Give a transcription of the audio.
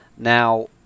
now